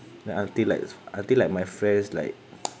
like until likes until like my friends like